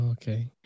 okay